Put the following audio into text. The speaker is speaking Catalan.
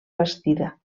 bastida